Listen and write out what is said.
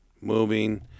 moving